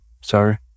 sorry